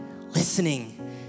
listening